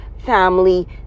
family